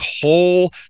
whole